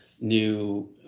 new